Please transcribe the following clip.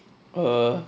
err